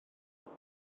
oedd